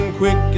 quick